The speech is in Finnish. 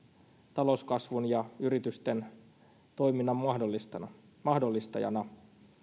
talouskasvun ja yritysten toiminnan mahdollistajina